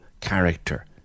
character